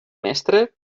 mestre